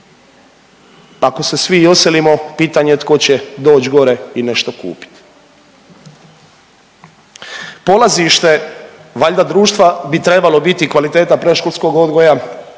pa ako se i svi odselimo pitanje tko će doći gore i nešto kupiti. Polazište valjda društva bi trebalo biti kvaliteta predškolskog odgoja,